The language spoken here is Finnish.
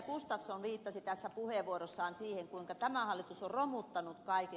gustafsson viittasi tässä puheenvuorossaan siihen kuinka tämä hallitus on romuttanut kaiken